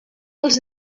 els